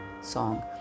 song